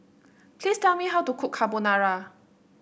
please tell me how to cook Carbonara